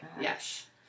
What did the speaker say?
Yes